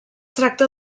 tracta